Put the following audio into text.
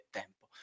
tempo